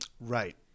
Right